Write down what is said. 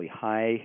high